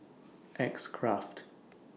X Craft